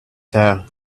there